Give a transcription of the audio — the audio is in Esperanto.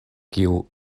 kiu